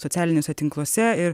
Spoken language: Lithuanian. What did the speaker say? socialiniuose tinkluose ir